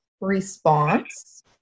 response